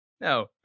No